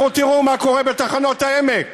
לכו, תראו מה קורה בתחנות העמק.